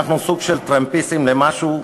אנחנו סוג של טרמפיסטים למשהו,